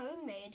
homemade